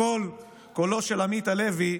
הקול קולו של עמית הלוי,